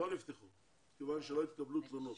לא נפתחו כיוון שלא התקבלו תלונות.